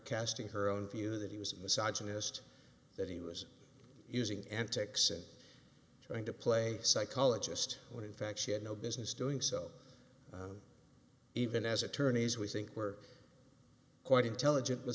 casting her own view that he was a massage honest that he was using antics and trying to play psychologist when in fact she had no business doing so even as attorneys we think were quite intelligent but